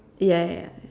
ya ya